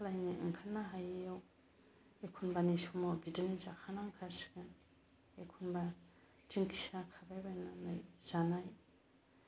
मा खालामनो ओंखारनो हायैयाव एखमब्लानि समाव बिदिनो जाखा नांगासिनो होमब्ला दिंखिया खाबाय बायनानै जानाय